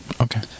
okay